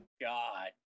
God